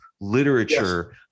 literature